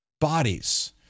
bodies